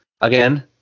again